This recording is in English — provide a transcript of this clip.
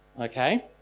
okay